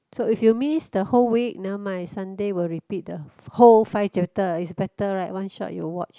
so if you miss the whole week never mind Sunday will repeat the whole five chapter is better right one shot you watch